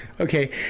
okay